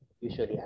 Usually